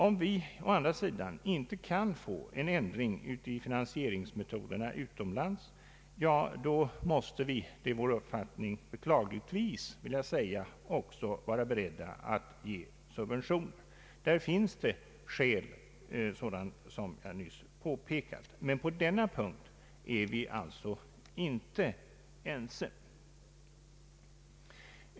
Om vi å andra sidan inte kan få till stånd en ändring av finansieringsmetoderna utomlands måste vi beklagligtvis också vara beredda att ge subventioner. Det har anförts skäl härför, som nyss påpekats, men på denna punkt är vi alltså inte ense.